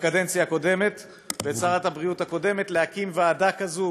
בקדנציה הקודמת ואת שרת הבריאות הקודמת להקים ועדה כזאת